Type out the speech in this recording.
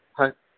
ਹਾਂ